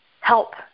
help